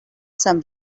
some